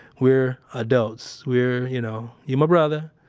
we're adults. we're, you know, you're my brother,